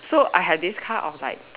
so I have this kind of like